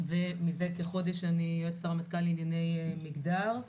ומזה כחודש אני יועצת הרמטכ"ל לענייני מגדר.